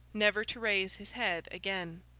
never to raise his head again.